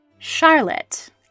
Charlotte